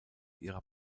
ihrer